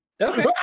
Okay